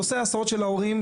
נושא ההסעות של ההורים,